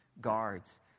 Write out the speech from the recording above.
guards